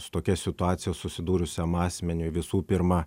su tokia situacija susidūrusiam asmeniui visų pirma